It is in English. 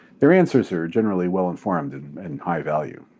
their answers are generally well informed and and high value.